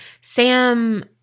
Sam